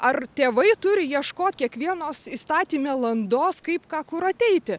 ar tėvai turi ieškot kiekvienos įstatyme landos kaip ką kur ateiti